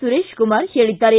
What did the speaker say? ಸುರೇಶ್ ಕುಮಾರ್ ಹೇಳಿದ್ದಾರೆ